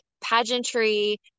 pageantry